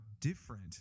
different